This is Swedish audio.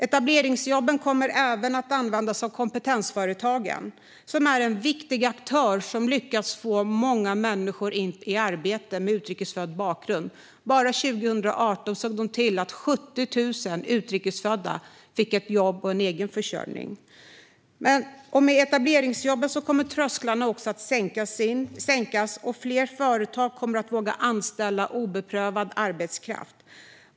Etableringsjobben kommer även att användas av kompetensföretagen, som är viktiga aktörer som lyckas få många utrikes födda människor i arbete. Bara under 2018 såg de till att 70 000 utrikes födda fick ett jobb och en egen försörjning. Med etableringsjobben kommer trösklarna att sänkas, och fler företag kommer att våga anställa obeprövad arbetskraft.